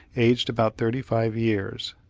aged about thirty-five years.